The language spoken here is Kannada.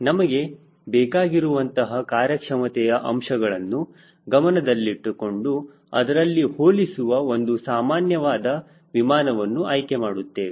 ನಮಗೆ ಬೇಕಾಗಿರುವಂತಹ ಕಾರ್ಯಕ್ಷಮತೆಯ ಅಂಶಗಳನ್ನು ಗಮನದಲ್ಲಿಟ್ಟುಕೊಂಡು ಅದರಂತೆ ಹೋಲಿಸುವ ಒಂದು ಸಾಮಾನ್ಯವಾದ ವಿಮಾನವನ್ನು ಆಯ್ಕೆ ಮಾಡುತ್ತೇವೆ